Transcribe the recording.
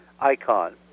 icon